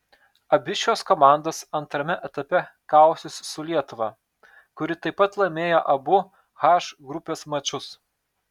abi šios komandos antrame etape kausis su lietuva kuri taip pat laimėjo abu h grupės mačus